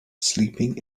sleeping